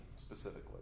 specifically